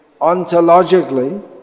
ontologically